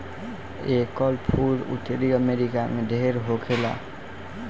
एकर फूल उत्तरी अमेरिका में ढेर होखेला